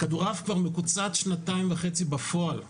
הכדורעף כבר מקוצץ שנתיים וחצי בפועל.